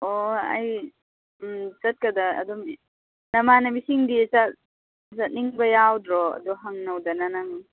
ꯑꯣ ꯑꯩ ꯎꯝ ꯆꯠꯀꯗ ꯑꯗꯨꯝ ꯅꯃꯥꯟꯅꯕꯤꯁꯤꯡꯗꯤ ꯆꯠꯅꯤꯡꯕ ꯌꯥꯎꯗ꯭ꯔꯣ ꯑꯗꯣ ꯍꯪꯅꯧꯗꯅ ꯅꯪ